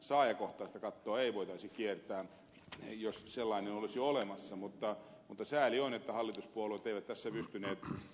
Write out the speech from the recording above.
saajakohtaista kattoa ei voitaisi kiertää jos sellainen olisi olemassa ja sääli on että hallituspuolueet eivät tässä pystyneet löytämään yhteisymmärrystä